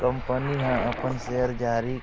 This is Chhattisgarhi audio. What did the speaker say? कंपनी ह अपन सेयर जारी